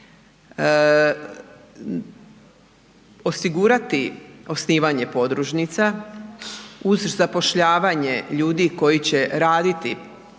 Osigurati osnivanje podružnica uz zapošljavanje ljudi koji će raditi